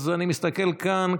אז אני מסתכל כאן,